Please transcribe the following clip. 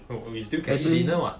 oh err we still can catch dinner [what]